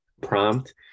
prompt